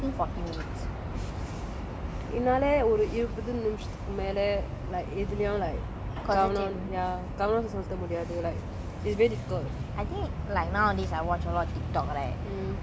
இந்த:intha show வந்து ஒரு:vanthu oru episode எவ்வளவு நேரம் இருக்கும் என்னால ஒரு இருபது நிமிசத்துக்கு மேல :evvalavu neram irukkum ennala oru irupathu nimisathukku mela like எதுலயும்:ethulayum like கவனம்:kavanam ya கவனம் செலுத்த முடியாது:kavanam selutha mudiyaathu like